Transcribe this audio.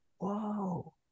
whoa